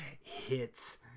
hits